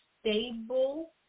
stable